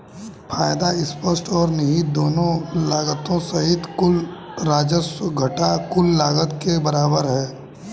फायदा स्पष्ट और निहित दोनों लागतों सहित कुल राजस्व घटा कुल लागत के बराबर है